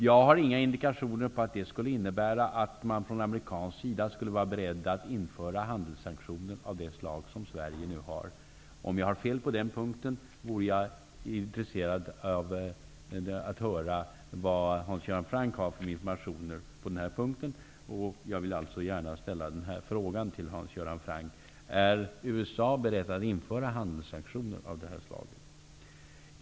Jag har inga indikationer på att det skulle innebära att man från amerikansk sida skulle vara beredd att införa handelssanktioner av det slag som Sverige nu har. Om jag har fel på den punkten skulle det vara intressant att få höra vad Hans Göran Franck har för informationer på den punkten. Är USA berett att införa handelssanktioner?